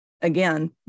Again